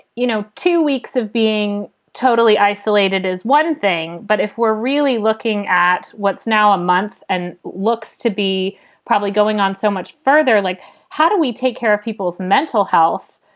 you know, two weeks of being totally isolated is one thing. but if we're really looking at what's now a month and looks to be probably going on so much further, like how do we take care of people's mental health,